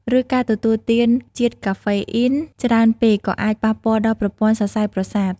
ឬការទទួលទានជាតិកាហ្វេអ៊ីនច្រើនពេក ក៏អាចប៉ះពាល់ដល់ប្រព័ន្ធសរសៃប្រសាទ។